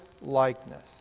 likeness